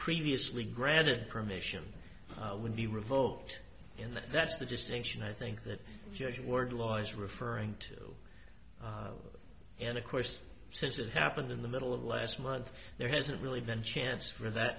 previously granted permission would be revoked and that's the distinction i think that word law is referring to and of course since it happened in the middle of last month there hasn't really been a chance for that